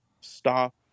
stop